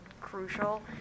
crucial